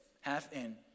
half-in